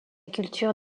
culture